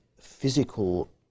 physical